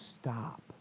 stop